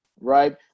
right